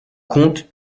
comte